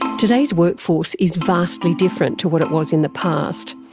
today's workforce is vastly different to what it was in the past.